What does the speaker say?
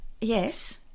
yes